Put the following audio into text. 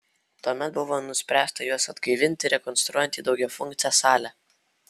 tuomet buvo nuspręsta juos atgaivinti rekonstruojant į daugiafunkcę salę